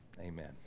Amen